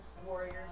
Warrior